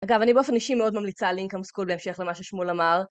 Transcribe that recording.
אגב, אני באופן אישי מאוד ממליצה על income school, בהמשך למה ששמואל אמר.